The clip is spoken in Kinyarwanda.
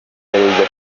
sergio